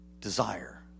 Desire